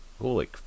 holy